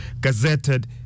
gazetted